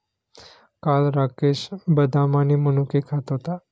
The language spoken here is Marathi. काल राकेश बदाम आणि मनुके खात होता